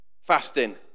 fasting